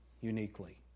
uniquely